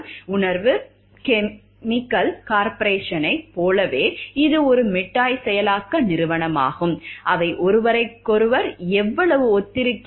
உணர்வு கெமிக்கல் கார்ப்பரேஷனைப் போலவே இது ஒரு மிட்டாய் செயலாக்க நிறுவனமாகும் அவை ஒருவருக்கொருவர் எவ்வளவு ஒத்திருக்கின்றன